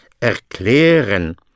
erklären